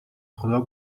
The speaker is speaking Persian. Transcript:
خدا